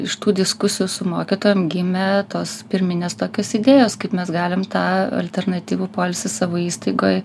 iš tų diskusijų su mokytojom gimė tos pirminės tokios idėjos kaip mes galim tą alternatyvų poilsį savo įstaigoj